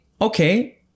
okay